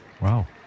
Wow